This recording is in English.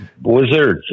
Wizards